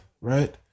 right